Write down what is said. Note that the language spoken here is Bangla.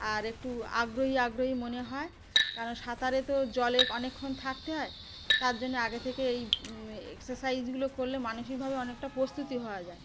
আর একটু আগ্রহী আগ্রহী মনে হয় কারণ সাঁতারে তো জলে অনেকক্ষণ থাকতে হয় তার জন্যে আগে থেকে এই এক্সারসাইজগুলো করলে মানসিকভাবে অনেকটা প্রস্তুতি হওয়া যায়